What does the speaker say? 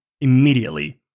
immediately